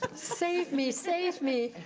save me, save me.